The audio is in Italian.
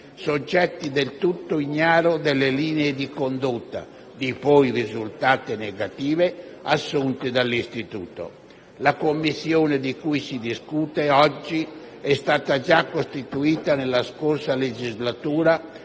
soggetti del tutto ignari delle linee di condotta, poi risultate negative, assunte dall'istituto. La Commissione di cui si discute oggi è stata già costituita nella scorsa legislatura,